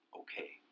okay